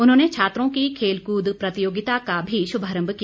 उन्होंने छात्रों की खेलकूद प्रतियोगिता का भी शुभारम्भ किया